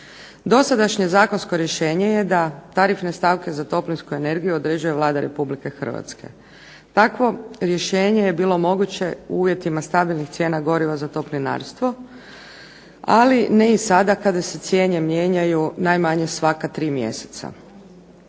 Dosadašnje zakonsko rješenje je da tarifne stavke za toplinsku energiju određuje Vlada Republike Hrvatske. Takvo rješenje je bilo moguće u uvjetima stabilnih cijena goriva za toplinarstvo, ali ne i sada kada se cijene mijenjaju najmanje svaka tri mjeseca.